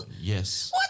Yes